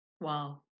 Wow